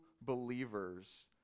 believers